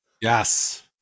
Yes